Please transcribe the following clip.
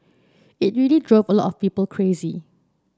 it really drove a lot of people crazy